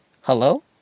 hello